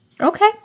Okay